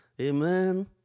Amen